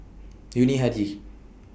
Yuni Hadi